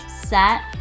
set